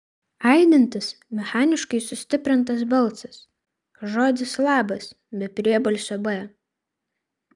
aidintis mechaniškai sustiprintas balsas žodis labas be priebalsio b